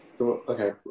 Okay